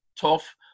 tough